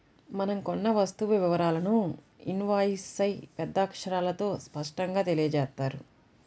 మనం కొన్న వస్తువు వివరాలను ఇన్వాయిస్పై పెద్ద అక్షరాలతో స్పష్టంగా తెలియజేత్తారు